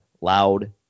loud